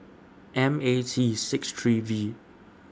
M A T six three V